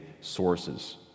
sources